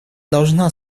должна